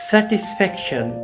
Satisfaction